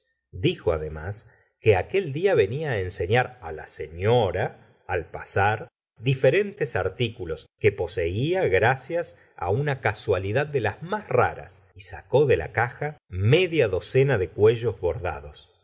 dijo además que aquel día venía á enseñar la señora al pasar diferentes artículos que poseía gracias una casualidad de las más raras y sacó de la caja media docena de cuellos bordados